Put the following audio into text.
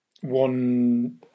One